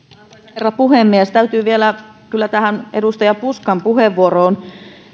herra puhemies täytyy vielä kyllä tähän edustaja puskan puheenvuoroon